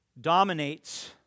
dominates